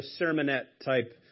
sermonette-type